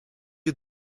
you